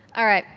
all right.